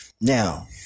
now